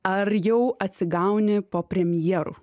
ar jau atsigauni po premjerų